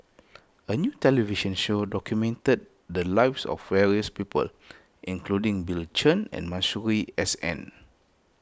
a new television show documented the lives of various people including Bill Chen and Masuri S N